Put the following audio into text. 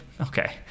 okay